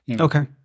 Okay